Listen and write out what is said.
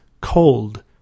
cold